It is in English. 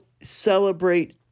celebrate